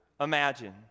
imagine